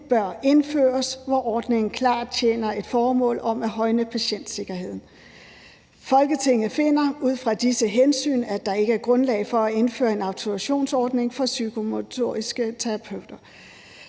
bør indføres, hvor ordningen klart tjener et formål om at højne patientsikkerheden. Folketinget finder ud fra disse hensyn, at der ikke er grundlag for at indføre en autorisationsordning for psykomotoriske terapeuter.